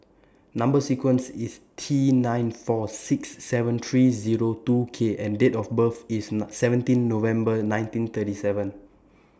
Number sequence IS T nine four six seven three Zero two K and Date of birth IS seventeen November nineteen thirty seven